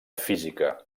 física